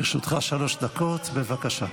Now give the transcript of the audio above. לרשותך שלוש דקות, בבקשה.